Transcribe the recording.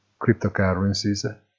Cryptocurrencies